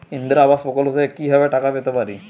ইন্দিরা আবাস প্রকল্প থেকে কি ভাবে টাকা পেতে পারি?